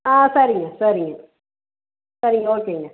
ஆ சரிங்க சரிங்க சரி ஓகேங்க